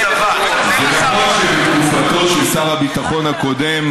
זה נכון שבתקופתו של שר הביטחון הקודם,